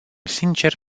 sincer